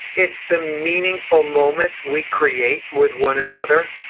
it's the meaningful moments we create with one another.